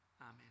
Amen